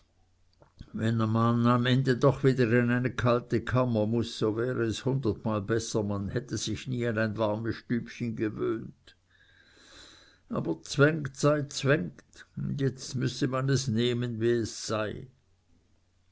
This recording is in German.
wenn man am ende doch wieder in eine kalte kammer muß so wäre es hundertmal besser man hätte sich nie an ein warmes stübchen gewöhnt aber zwängt sei zwängt und jetzt müsse man es nehmen wie es sei